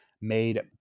made